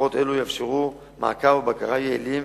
מערכות אלה יאפשרו מעקב ובקרה יעילים